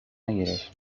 نگرفت